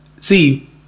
see